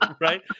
Right